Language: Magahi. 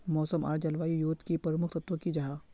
मौसम आर जलवायु युत की प्रमुख तत्व की जाहा?